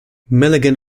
milligan